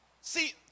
See